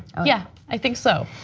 yeah i think so.